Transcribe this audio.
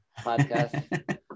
podcast